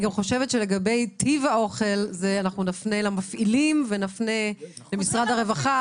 לגבי טיב האוכל נפנה את השאלה למפעילים ונפנה למשרד הרווחה,